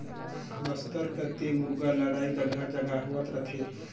बस्तर कति मुरगा लड़ई जघा जघा होत रथे